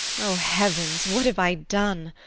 o heavens! what have i done?